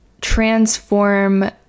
transform